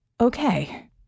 Okay